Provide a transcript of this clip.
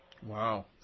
wow